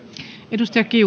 arvoisa